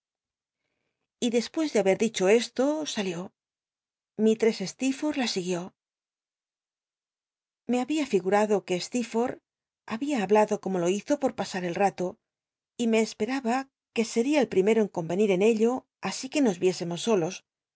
y despues de haber dicho esto salió mistress slcerfo th la siguió le babia figurado que slecrforlh babia hablado como lo hizo por pas ll el ato y me esperaba que sel'ia el primero en come nir en ello así que nos viésemos solos